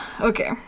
Okay